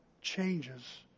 changes